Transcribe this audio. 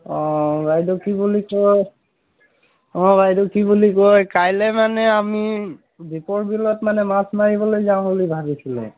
অঁ বাইদেউ কি বুলি কয় অঁ বাইদেউ কি বুলি কয় কাইলৈ মানে আমি দীপৰ বিলত মানে মাছ মাৰিবলৈ যাম বুলি ভাবিছিলোঁ